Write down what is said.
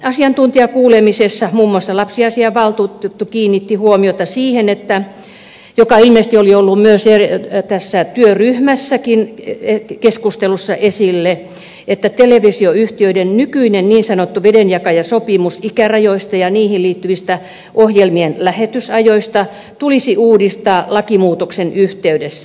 asiantuntijakuulemisessa muun muassa lapsiasiavaltuutettu kiinnitti huomiota siihen mikä ilmeisesti oli ollut myös tässä työryhmässäkin keskustelussa esillä että televisioyhtiöiden nykyinen niin sanottu vedenjakajasopimus ikärajoista ja niihin liittyvistä ohjelmien lähetysajoista tulisi uudistaa lakimuutoksen yhteydessä